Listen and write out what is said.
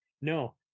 no